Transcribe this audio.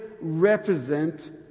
represent